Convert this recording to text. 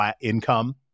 income